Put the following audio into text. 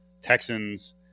Texans